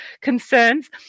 concerns